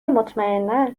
مطمئنا